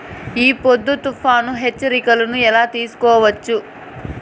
ఈ పొద్దు తుఫాను హెచ్చరికలు ఎలా తెలుసుకోవచ్చు?